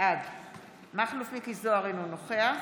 בעד מכלוף מיקי זוהר, אינו נוכח